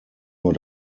nur